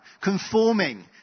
Conforming